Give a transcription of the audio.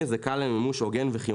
יש היום שוק Secondary.